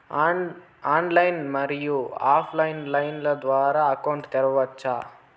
Online, మరియు offline line ద్వారా account తెరవచ్చా?